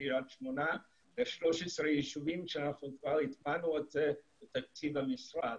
קרית שמונה ו-13 יישובים שאנחנו כבר הטמענו את זה בתקציב המשרד.